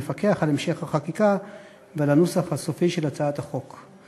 יפקח על המשך החקיקה ועל הנוסח הסופי של הצעת החוק.